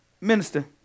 minister